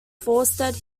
forested